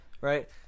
Right